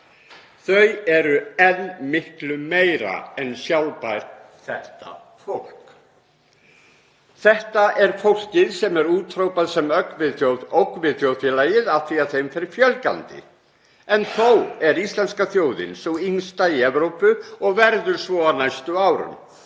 Þau eru enn miklu meira en sjálfbær, þetta fólk. Þetta er fólkið sem er úthrópað sem ógn við þjóðfélagið af því að því fer fjölgandi. Þó er íslenska þjóðin sú yngsta í Evrópu og verður svo á næstu árum.